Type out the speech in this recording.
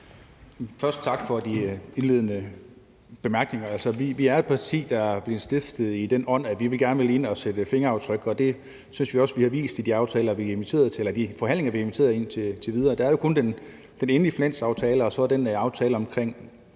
Først tak for de indledende bemærkninger. Vi er et parti, der er blevet stiftet i den ånd, at vi gerne vil ind og sætte fingeraftryk. Det synes vi også vi har vist i de forhandlinger, vi er blevet inviteret til indtil videre. Ud over den endelige finanslovsaftale og så den aftale om en